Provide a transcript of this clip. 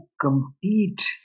compete